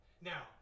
now